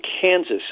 Kansas